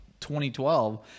2012